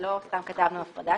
ולא סתם כתבנו הפרדה,